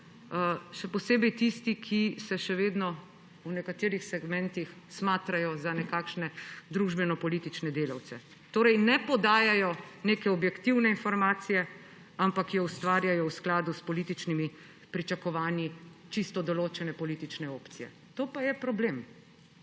še posebej tisti, ki se še vedno v nekaterih segmentih smatrajo za nekakšne družbenopolitične delavce. Torej ne podajajo neke objektivne informacije, ampak jo ustvarjajo v skladu s političnimi pričakovanji točno določene politične opcije. To pa je problem,